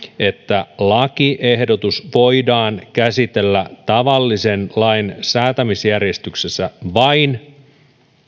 että lakiehdotus voidaan käsitellä tavallisen lain säätämisjärjestyksessä vain